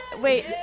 wait